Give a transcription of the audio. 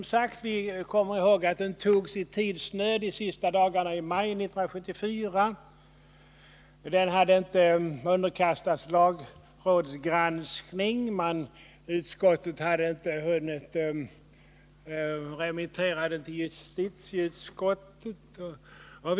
Vi kommer ihåg att lagen antogs i tidsnöd under de sista dagarna i maj 1974. Den hade inte underkastats lagrådsgranskning, och socialutskottet hade inte hunnit remittera den till justitieutskottet.